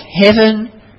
heaven